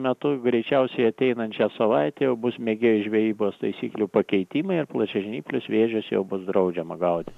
metu greičiausiai ateinančią savaitę bus mėgėjų žvejybos taisyklių pakeitimai ir plačiažnyplius vėžius jau bus draudžiama gaudyt